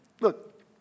Look